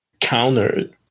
countered